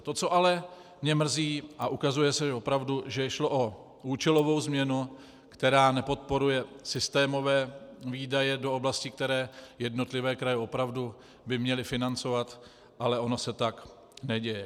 To, co ale mě mrzí, a ukazuje se opravdu, že šlo o účelovou změnu, která nepodporuje systémové výdaje do oblastí, které jednotlivé kraje opravdu by měly financovat, ale ono se tak neděje.